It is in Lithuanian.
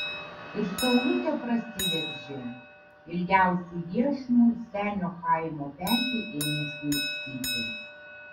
ir saulutė prasiveržė ilgiausiu iešmu senio chaimo petį ėmė smaigstyti